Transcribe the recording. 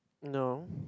no